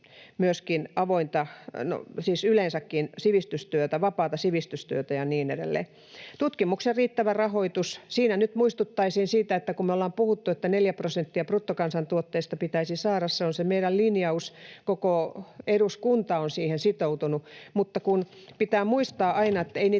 myöskin yleensäkin sivistystyötä, vapaata sivistystyötä ja niin edelleen. Tutkimuksen riittävä rahoitus: Siinä nyt muistuttaisin siitä, kun ollaan puhuttu, että neljä prosenttia bruttokansantuotteesta pitäisi saada — se on se meidän linjaus, koko eduskunta on siihen sitoutunut — että pitää muistaa aina, ettei niitä